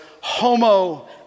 homo